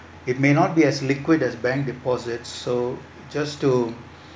it may not be as liquid as bank deposit so just to